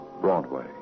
Broadway